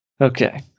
Okay